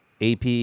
AP